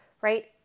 right